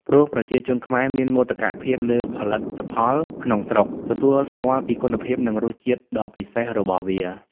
ព្រោះប្រជាជនខ្មែរមានមោទកភាពលើផលិតផលក្នុងស្រុក ទទួលស្គាល់ពីគុណភាព និងរសជាតិដ៏ពិសេសរបស់វា។